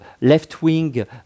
left-wing